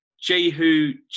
Jehu